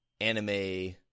anime